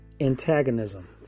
antagonism